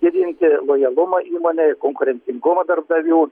didinti lojalumą įmonei konkurencingumą darbdavių